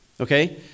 Okay